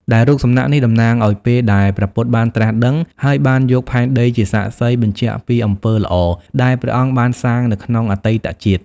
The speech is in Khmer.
ដែលរូបសំណាកនេះតំណាងឱ្យពេលដែលព្រះពុទ្ធបានត្រាស់ដឹង ហើយបានយកផែនដីជាសាក្សីបញ្ជាក់ពីអំពើល្អដែលព្រះអង្គបានសាងនៅក្នុងអតីតជាតិ។